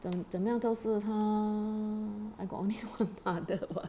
怎怎样都是他 I got only one mother [what]